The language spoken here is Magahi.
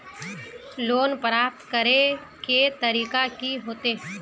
लोन प्राप्त करे के तरीका की होते?